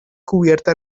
cubierta